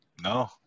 No